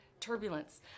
turbulence